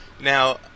Now